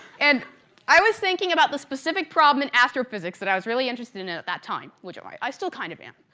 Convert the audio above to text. and i was thinking about this specific problem in astrophysics that i was really interested in in at that time, which i i still kind of am.